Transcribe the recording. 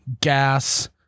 gas